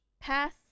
Pass